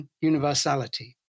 universality